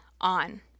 on